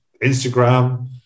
Instagram